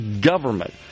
government